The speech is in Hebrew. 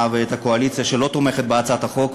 ואת הקואליציה שלא תומכת בהצעת החוק,